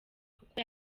kuko